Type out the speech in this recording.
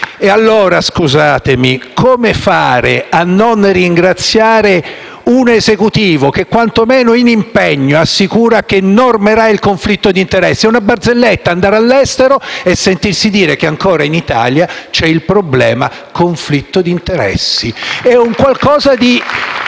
pubblico. Scusatemi, come fare allora a non ringraziare un Esecutivo che, quantomeno in impegno, assicura che normerà il conflitto di interesse? È una barzelletta andare all'estero e sentirsi dire che ancora in Italia c'è il problema del conflitto di interessi. È un qualcosa di